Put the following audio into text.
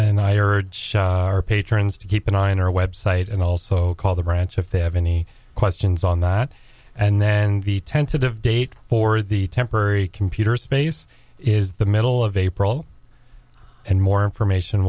and i heard shots are patrons to keep an eye on our website and also call the ranch if they have any questions on that and then the tentative date for the temporary computer space is the middle of april and more information